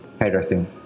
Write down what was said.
hairdressing